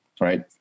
right